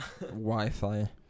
Wi-Fi